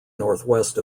northwest